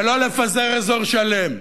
ולא לפזר אזור שלם.